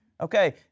Okay